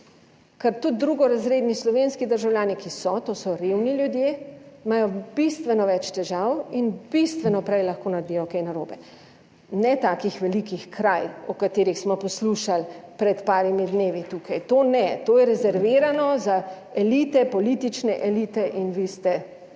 Ker tudi drugorazredni slovenski državljani, ki so, to so revni ljudje, imajo bistveno več težav in bistveno prej lahko naredijo kaj narobe. Ne takih velikih kraj, o katerih smo poslušali pred parimi dnevi tukaj, to ne, to je rezervirano za elite, politične elite - in vi ste